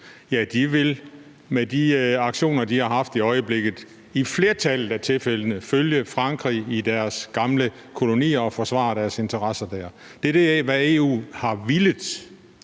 Ja, de vil med de aktioner, de har haft i øjeblikket, i flertallet af tilfældene følge Frankrig i deres gamle kolonier og forsvare deres interesser der. Det er det, hvad EU har villet.